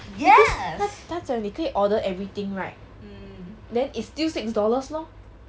他他讲你可以 order everything right then it's still six dollars lor